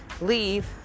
leave